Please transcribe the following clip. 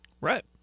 right